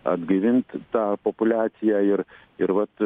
atgaivint tą populiaciją ir ir vat